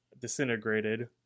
disintegrated